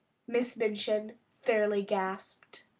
miss minchin fairly gasped.